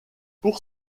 pour